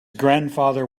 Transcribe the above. grandfather